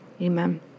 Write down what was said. amen